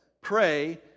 pray